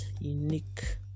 unique